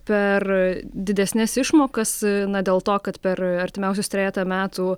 per didesnes išmokas na dėl to kad per artimiausius trejetą metų